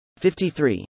53